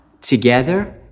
together